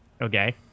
Okay